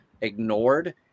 ignored